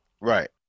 Right